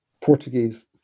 Portuguese